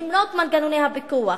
למרות מנגנוני הפיקוח,